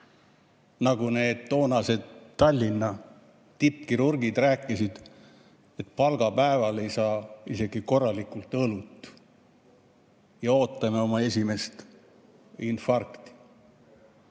Nagu need toonased Tallinna tippkirurgid rääkisid, et palgapäeval ei saa isegi korralikult õlut ja ootame oma esimest infarkti.